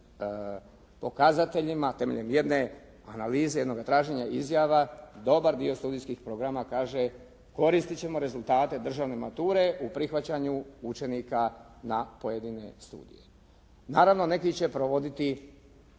pokazateljima temeljem jedne analize jednoga traženja izjava, dobar dio studijskih programa kaže koristiti ćemo rezultate državne mature u prihvaćanju učenika na pojedine studije. Naravno, neki će provoditi